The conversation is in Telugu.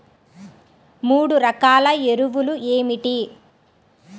మూడు రకాల ఎరువులు ఏమిటి?